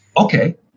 okay